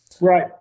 Right